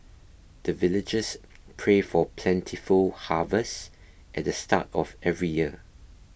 the villagers pray for plentiful harvest at the start of every year